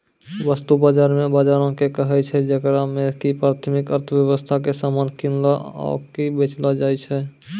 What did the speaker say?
वस्तु बजार उ बजारो के कहै छै जेकरा मे कि प्राथमिक अर्थव्यबस्था के समान किनलो आकि बेचलो जाय छै